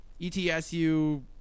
etsu